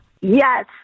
Yes